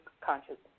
consciousness